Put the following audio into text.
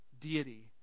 Deity